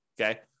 okay